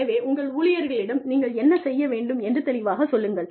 எனவே உங்கள் ஊழியர்களிடம் நீங்கள் என்ன செய்ய வேண்டும் என்று தெளிவாகச் சொல்லுங்கள்